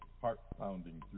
heart-pounding